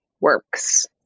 works